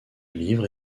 livre